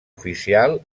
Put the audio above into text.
oficial